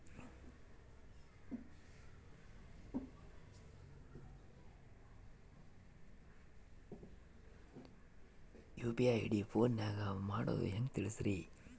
UPI ID ಫೋನಿನಾಗ ಮಾಡೋದು ಹೆಂಗ ತಿಳಿಸ್ರಿ?